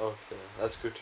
okay that's good